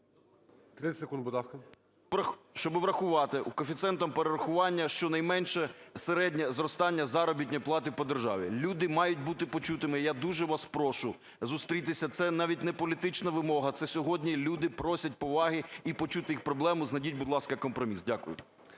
30 секунд, будь ласка.